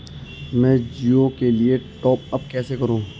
मैं जिओ के लिए टॉप अप कैसे करूँ?